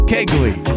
Kegley